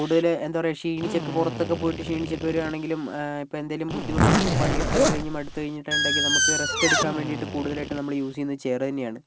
കൂടുതൽ എന്താ പറയുക ക്ഷീണിച്ചൊക്കെ പുറത്തൊക്കെ പോയിട്ട് ക്ഷീണിച്ചൊക്കെ വരികയാണെങ്കിലും ഇപ്പോൾ എന്തെങ്കിലും ബുദ്ധിമുട്ട് നമ്മളിപ്പോൾ പണിയെടുത്തൊക്കെ കഴിഞ്ഞ് മടുത്ത് കഴിഞ്ഞിട്ടുണ്ടെങ്കിൽ നമുക്ക് റെസ്റ്റ് എടുക്കാൻ വേണ്ടിയിട്ട് കൂടുതലായിട്ട് നമ്മൾ യൂസ് ചെയ്യുന്നത് ചെയർ തന്നെയാണ്